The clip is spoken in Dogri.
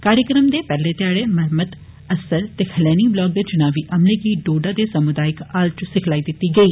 कार्यक्रम दे पैहले ध्याड़े मरम्मत असर ते खलैनी ब्लाक दे चुनावी अमलें गी डोडा दे समुदायक हाल च सिखलाई दित्ती गेई